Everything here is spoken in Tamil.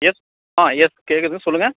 எஸ் ஆ எஸ் கேட்குது சொல்லுங்கள்